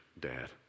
dad